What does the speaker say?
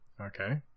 Okay